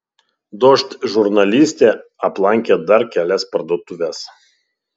dožd žurnalistė aplankė dar kelias parduotuves